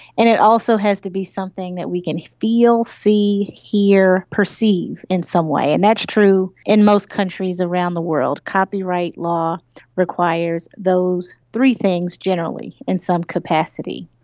and it also has to be something that we can feel, see, hear, perceive in some way, and that's true in most countries around the world. copyright law requires those three things generally in some capacity.